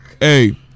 hey